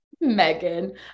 Megan